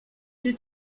due